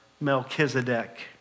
Melchizedek